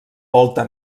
volta